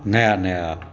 नया नया